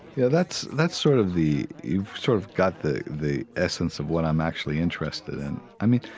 yeah, that's that's sort of the you've sort of got the the essence of what i'm actually interested in. i mean,